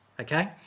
okay